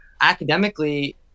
academically